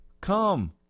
Come